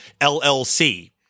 LLC